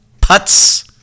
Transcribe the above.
Putts